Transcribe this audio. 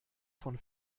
von